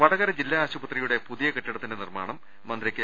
വടകര ജില്ലാ ആശുപത്രിയുടെ പുതിയ കെട്ടിടത്തിന്റെ നിർമ്മാ ണം മന്ത്രി കെ